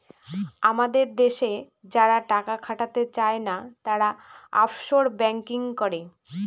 আমাদের দেশে যারা টাকা খাটাতে চাই না, তারা অফশোর ব্যাঙ্কিং করে